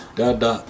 dada